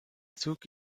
zug